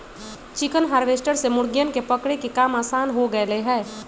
chicken harvester से मुर्गियन के पकड़े के काम आसान हो गैले है